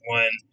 one